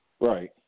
Right